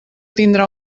tindrà